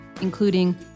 including